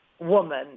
woman